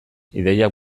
ideiak